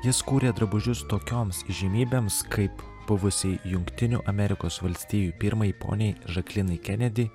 jis kurė drabužius tokioms įžymybėms kaip buvusiai jungtinių amerikos valstijų pirmajai poniai žaklinai kenedi